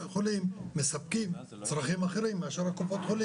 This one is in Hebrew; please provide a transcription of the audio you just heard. משורשר" וזה.